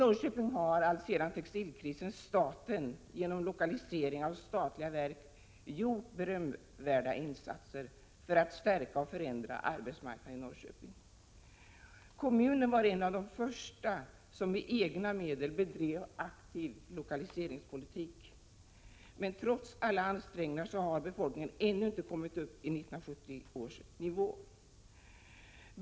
Staten har, alltsedan textilkrisen, genom lokalisering av statliga verk gjort berömvärda insatser för att stärka och förändra arbetsmarknaden i Norrköping. Kommunen var en av de första som med egna medel bedrev aktiv lokaliseringspolitik, men trots alla ansträngningar har befolkningen ännu inte kommit upp i 1970 års nivå.